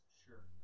sure